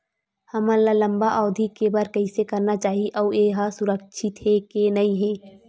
हमन ला लंबा अवधि के बर कइसे करना चाही अउ ये हा सुरक्षित हे के नई हे?